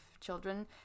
children